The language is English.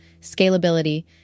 scalability